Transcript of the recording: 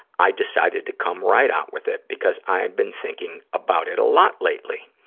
i decided to come right out with it because i have been thinking about it a lot lately.